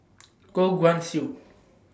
Goh Guan Siew